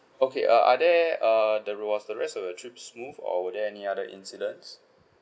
okay uh are there uh the rest of your trips smooth or were there any other incidents